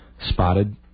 spotted